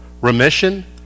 remission